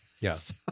yes